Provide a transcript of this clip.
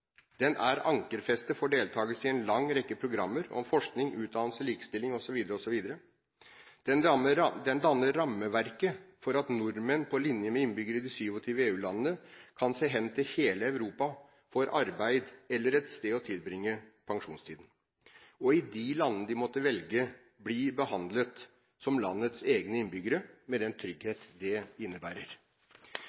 Den er ankerfestet for deltakelse i en lang rekke programmer, om forskning, utdannelse, likestilling osv. Den danner rammeverket for at nordmenn, på linje med innbyggerne i de 27 EU-landene, kan se hen til hele Europa for arbeid eller et sted å tilbringe pensjonisttiden og i de landene de måtte velge, bli behandlet som landets egne innbyggere, med den